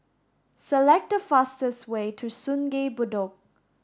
select the fastest way to Sungei Bedok